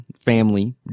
family